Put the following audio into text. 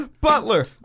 Butler